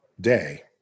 day